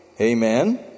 amen